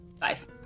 five